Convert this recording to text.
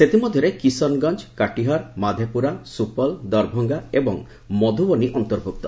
ସେଥିମଧ୍ୟରେ କିଶନ୍ଗଞ୍ଜ କାଟିହାର୍ ମାଧେପୁରା ସୁପଲ ଦରଭଙ୍ଗା ଏବଂ ମଧୁବନୀ ଅନ୍ତର୍ଭୁକ୍ତ